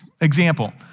example